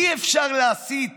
אי-אפשר להסית